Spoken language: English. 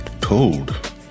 told